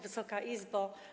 Wysoka Izbo!